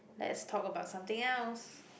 let's talk about something else